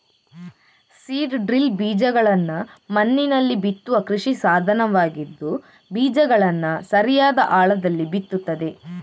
seed drill ಬೀಜಗಳನ್ನ ಮಣ್ಣಿನಲ್ಲಿ ಬಿತ್ತುವ ಕೃಷಿ ಸಾಧನವಾಗಿದ್ದು ಬೀಜಗಳನ್ನ ಸರಿಯಾದ ಆಳದಲ್ಲಿ ಬಿತ್ತುತ್ತದೆ